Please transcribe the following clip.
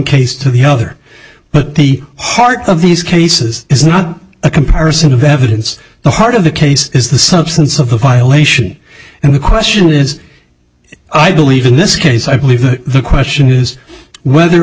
case to the other but the heart of these cases is not a comparison of evidence the heart of the case is the substance of the violation and the question is i believe in this case i believe the question is whether